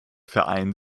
verein